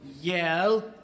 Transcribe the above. yell